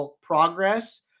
progress